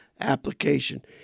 application